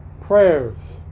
prayers